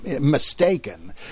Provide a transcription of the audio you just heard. mistaken